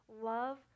love